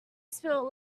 spilled